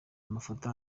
amafoto